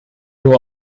nur